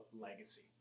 Legacy